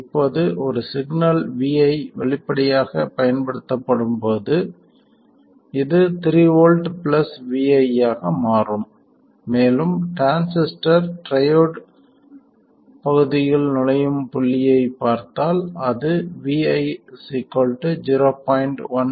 இப்போது ஒரு signal vi வெளிப்படையாகப் பயன்படுத்தப்படும் போது இது 3 V vi ஆக மாறும் மேலும் டிரான்சிஸ்டர் ட்ரையோட் பகுதியில் நுழையும் புள்ளியைப் பார்த்தால் அது vi 0